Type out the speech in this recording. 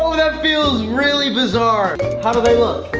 so that feels really bizarre! how do they look?